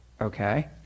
okay